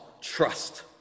trust